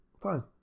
fine